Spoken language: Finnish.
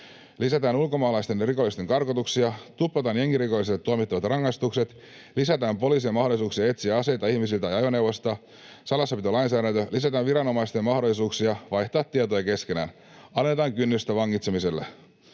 Lisätään ulkomaalaisten rikollisten karkotuksia. Tuplataan jengirikollisille tuomittavat rangaistukset. Lisätään poliisien mahdollisuuksia etsiä aseita ihmisiltä tai ajoneuvoista. Salassapitolainsäädäntöön lisätään viranomaisten mahdollisuuksia vaihtaa tietoja keskenään. Alennetaan kynnystä vangitsemiselle.